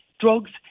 drugs